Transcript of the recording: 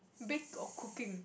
bake or cooking